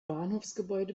bahnhofsgebäude